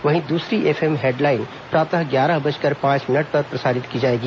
वहीं दूसरी FM headline प्रातः ग्यारह बजकर पांच मिनट पर प्रसारित की जाएगी